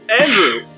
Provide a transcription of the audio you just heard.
Andrew